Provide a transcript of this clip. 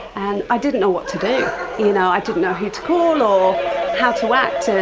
and i didn't know what to do. you know i didn't know who to call or how to act.